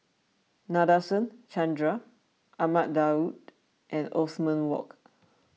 Nadasen Chandra Ahmad Daud and Othman Wok